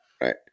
right